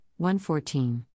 114